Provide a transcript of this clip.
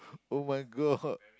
[oh]-my-God